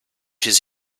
his